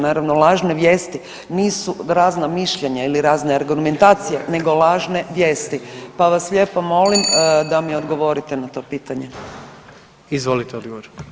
Naravno, lažne vijesti nisu razna mišljenja ili razne argumentacije, nego lažne vijesti pa vas lijepo molim da mi odgovorite na to pitanje.